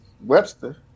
Webster